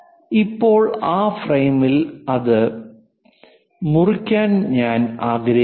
ഇപ്പോൾ ആ ഫ്രെയിമിൽ അത് മുറിക്കാൻ ഞാൻ ആഗ്രഹിക്കുന്നു